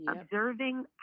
Observing